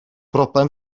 broblem